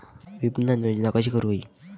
विपणन योजना कशी करुक होई?